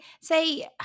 say